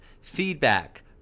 feedback